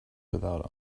without